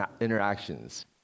interactions